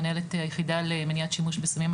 מנהלת היחידה למניעת שימוש בסמים,